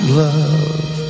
love